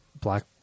black